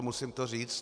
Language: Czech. Musím to říct.